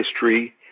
history